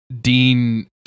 dean